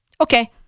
Okay